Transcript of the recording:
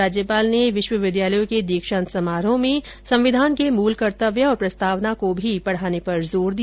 उन्होंने विश्वविद्यालयों के दीक्षांत समारोह में संविधान के मूल कर्तव्य और प्रस्तावना को भी पढाने पर जोर दिया